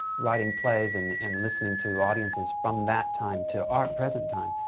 writing plays and and listening to audiences, from that time to our present time,